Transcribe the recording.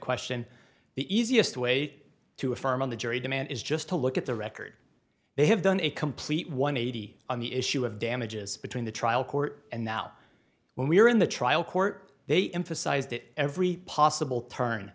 question the easiest way to affirm on the jury demand is just to look at the record they have done a complete one eighty on the issue of damages between the trial court and now when we're in the trial court they emphasized that every possible turn